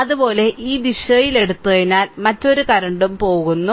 അതുപോലെ ഈ ദിശയിൽ എടുത്തതിനാൽ മറ്റൊരു കറന്റും പോകുന്നു